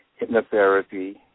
hypnotherapy